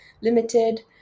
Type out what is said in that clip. Limited